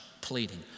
pleading